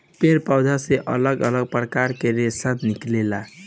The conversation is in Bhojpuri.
पेड़ पौधा से अलग अलग प्रकार के रेशा निकलेला